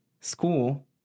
school